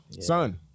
Son